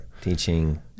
Teaching